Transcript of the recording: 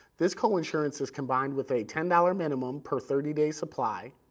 this coinsurance is combined with a ten dollars minimum per thirty day supply,